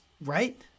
right